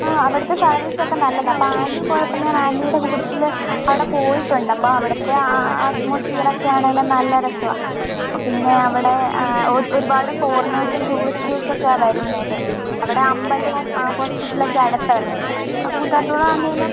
ആ അവിടുത്തെ സർവ്വീസൊക്കെ നല്ലതാണ് അപ്പോൾ ആൻ്റി പോയപ്പോൾ ഞാൻ ആൻ്റിയുടെ കൂട്ടത്തിൽ അവിടെ പോയിട്ടുണ്ട് അപ്പോൾ അവിടുത്തെ ആ അറ്റ്മോസ്ഫിയറൊക്കെ ആണെങ്കിലും നല്ല രസമാണ് പിന്നെ അവിടെ ഒരുപാട് ഫോർനേഴ്സും ടൂറിസ്റ്റേഴ്സൊക്കെയാണ് വരുന്നത് അവിടെ അമ്പലവും ആ ഹോസ്പിറ്റലൊക്കെ അടുത്തായിരുന്നു പിന്നെ കൂത്താട്ടുകുളമാണെങ്കിലും